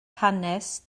hanes